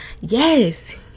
yes